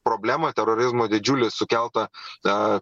problemą terorizmo didžiulį sukeltą